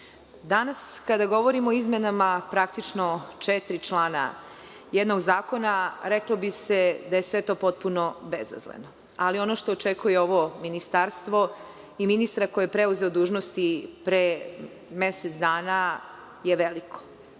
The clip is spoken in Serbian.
danas kada govorimo o izmenama, praktično, četiri člana jednog zakona, reklo bi se da je sve to bezazleno. Ono što očekuje ovo ministarstvo i ministra koji je preuzeo dužnosti pre mesec dana je veliko.